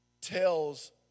tells